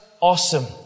awesome